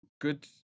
Good